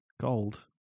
gold